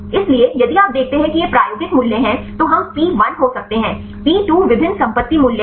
इसलिए यदि आप देखते हैं कि ये प्रायोगिक मूल्य हैं तो हम पी 1 हो सकते हैं पी 2 विभिन्न संपत्ति मूल्य हैं